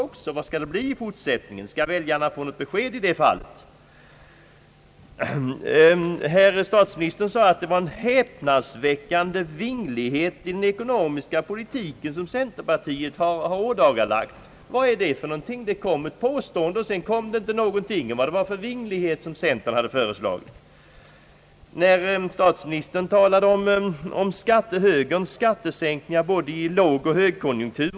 Herr statsministern sade, att centerpartiet ådagalagt en »häpnadsväckande vinglighet i den ekonomiska politiken». Här kom ett påstående, men sedan kom inte någonting om vad det var för slags vinglighet som centern hade ådagalagt. Statsministern talade om högerns skattesänkningar både i högoch lågkonjunktur.